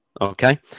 okay